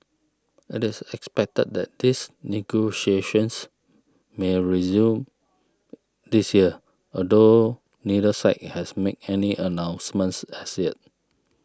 it is expected that these negotiations may resume this year although neither side has made any announcements as yet